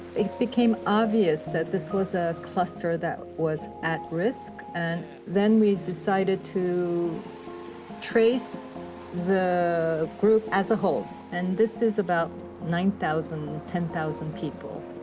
it became obvious that this was a cluster that was at risk, and then we decided to trace the group as a whole, and this is about nine thousand, ten thousand people.